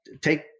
take